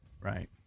Right